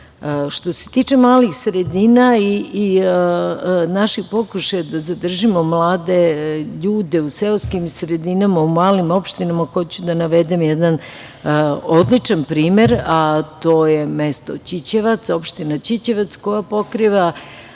se tiče malih sredina i našeg pokušaja da sadržimo mlade ljude u seoskim sredinama, u malim opštinama, hoću da navedem jedan odličan primer, a to je mesto Ćićevac, opština Ćićevac koja pokriva